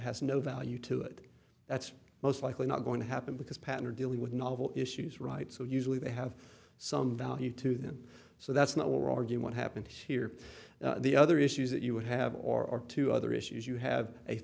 has no value to it that's most likely not going to happen because pattern dealing with novel issues right so usually they have some value to them so that's not what we're arguing what happened here the other issues that you would have or two other issues you have a